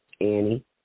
Annie